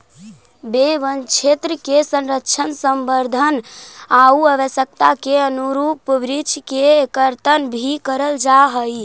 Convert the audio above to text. वे वनक्षेत्र के संरक्षण, संवर्धन आउ आवश्यकता के अनुरूप वृक्ष के कर्तन भी करल जा हइ